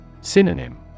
Synonym